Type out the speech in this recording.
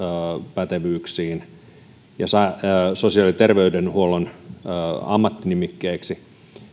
pätevyyksiin ja sosiaali ja terveydenhuollon ammattinimikkeeksi